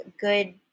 good